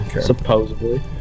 Supposedly